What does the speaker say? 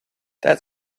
that